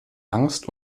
angst